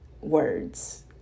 words